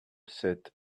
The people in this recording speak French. sept